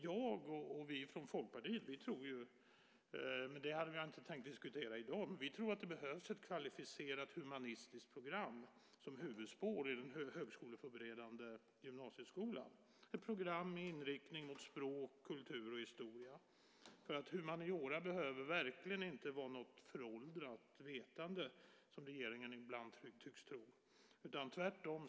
Jag hade inte tänkt diskutera det i dag, men jag och vi från Folkpartiet tror att det behövs ett kvalificerat humanistiskt program som huvudspår i den högskoleförberedande gymnasieskolan, ett program med inriktning mot språk, kultur och historia. Humaniora behöver verkligen inte vara något föråldrat vetande, som regeringen ibland tycks tro.